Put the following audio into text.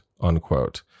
unquote